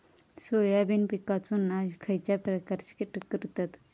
Soybean पिकांचो नाश खयच्या प्रकारचे कीटक करतत?